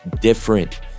different